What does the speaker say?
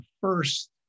first